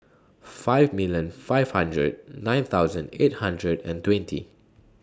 five million five hundred nine thousand eight hundred and twenty